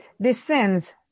descends